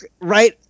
Right